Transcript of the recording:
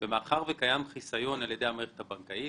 מאחר וקיים חיסיון על ידי המערכת הבנקאית,